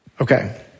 Okay